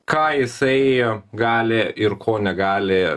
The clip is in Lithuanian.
ką jisai gali ir ko negali